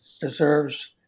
deserves